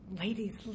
Ladies